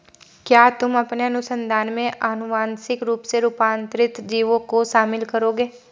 क्या तुम अपने अनुसंधान में आनुवांशिक रूप से रूपांतरित जीवों को शामिल करोगे?